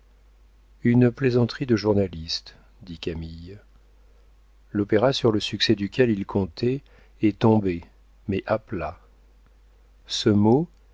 une plaisanterie de journaliste dit camille l'opéra sur le succès duquel il comptait est tombé mais à plat ce mot